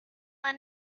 and